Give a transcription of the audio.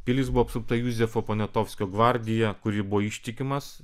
pilis buvo apsupta juzefo poniatovskio gvardija kuri buvo ištikimas